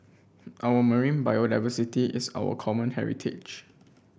our marine biodiversity is our common heritage